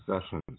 sessions